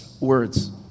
words